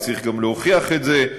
וצריך גם להוכיח את זה.